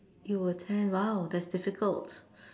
you were ten !wow! that's difficult